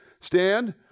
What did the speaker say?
stand